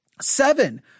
seven